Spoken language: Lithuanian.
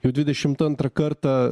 jau dvidešimt antrą kartą